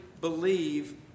believe